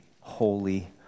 holy